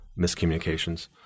miscommunications